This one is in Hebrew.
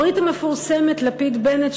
הברית המפורסמת לפיד בנט,